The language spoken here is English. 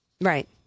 Right